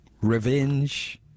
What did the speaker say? Revenge